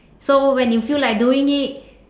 so when you feel like doing it